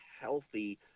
healthy